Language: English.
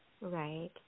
Right